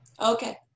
Okay